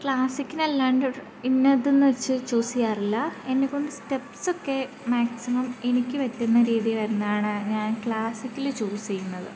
ക്ലാസ്സിക്കിനല്ലാണ്ടൊരു ഇന്നതെന്നു വെച്ച് ചൂസ് ചെയ്യാറില്ല എന്നെക്കൊണ്ട് സ്റ്റെപ്സൊക്കെ മാക്സിമം എനിക്കു പറ്റുന്ന രീതിയിലെന്നാണ് ഞാൻ ക്ലാസ്സിക്കൽ ചൂസ് ചെയ്യുന്നത്